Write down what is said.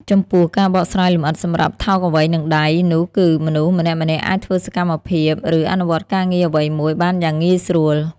ចំពោះ ការបកស្រាយលម្អិតសម្រាប់ "ថោកអ្វីនឹងដៃ" នោះគឺ មនុស្សម្នាក់ៗអាចធ្វើសកម្មភាព ឬអនុវត្តការងារអ្វីមួយបានយ៉ាងងាយស្រួល។